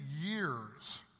years